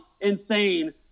insane